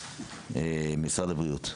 משרד הבריאות.